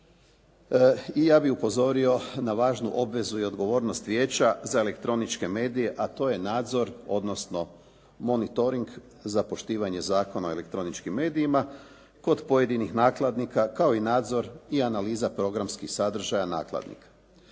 i ja bih upozorio na važnu obvezu i odgovornost Vijeća za elektroničke medije a to je nadzor odnosno monitoring za poštivanje Zakona o elektroničkim medijima kod pojedinih nakladnika kao i nadzor i analiza programskih sadržaja nakladnika.